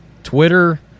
Twitter